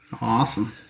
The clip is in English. awesome